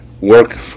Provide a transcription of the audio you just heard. work